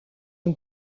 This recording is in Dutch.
een